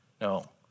No